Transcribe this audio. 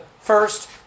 first